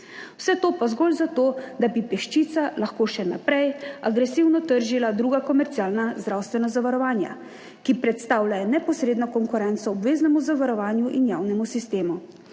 Vse to pa zgolj za to, da bi peščica lahko še naprej agresivno tržila druga komercialna zdravstvena zavarovanja, ki predstavljajo neposredno konkurenco obveznemu zavarovanju in javnemu sistemu.